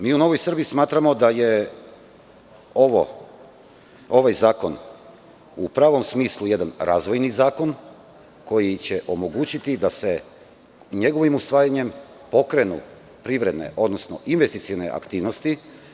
Mi u Novoj Srbiji smatramo da je ovaj zakon u pravom smislu jedan razvojni zakon koji će omogućiti da se njegovim usvajanjem pokrenu privredne, odnosno investicione aktivnosti.